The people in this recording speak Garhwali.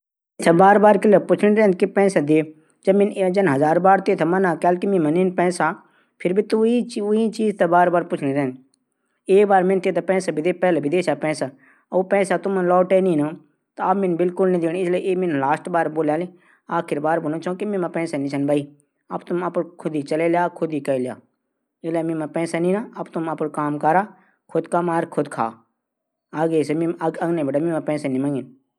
अगर मी कै देश मा रस्ता ख्वे जांदू त मि सबसे पैली वखा स्थानीय लूखूं थै पुछलू अगर ऊंथै मेरी भाषा समझ आःदी त। निथर मी नक्शा मा भी देख सकदू। या त कै गाइड थै पुछलू जू मेरी मदद कर सकदू।